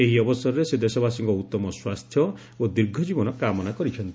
ଏହି ଅବସରରେ ସେ ଦେଶବାସୀଙ୍କ ଉତ୍ତମ ସ୍ୱାସ୍ଥ୍ୟ ଓ ଦୀର୍ଘକୀବନ କାମନା କରିଛନ୍ତି